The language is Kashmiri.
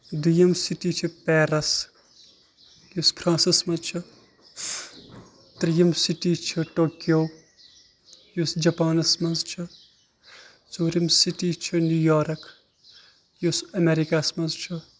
دوٚیِم سِٹی چھِ پیرَس یُس فرٛانٛسَس منٛز چھِ ترٛیٚیِم سِٹی چھِ ٹوکیو یُس جَپانَس منٛز چھِ ژوٗرِم سِٹی چھِ نیٚویارک یُس اٮ۪مریکَہ ہس منٛز چھُ